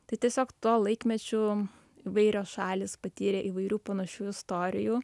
tai tiesiog tuo laikmečiu įvairios šalys patyrė įvairių panašių istorijų